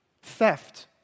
Theft